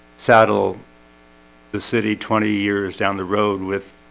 saddle the city twenty years down the road with